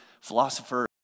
philosopher